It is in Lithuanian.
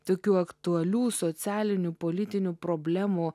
tokių aktualių socialinių politinių problemų